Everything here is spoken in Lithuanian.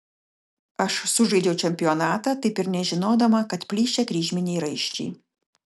aš sužaidžiau čempionatą taip ir nežinodama kad plyšę kryžminiai raiščiai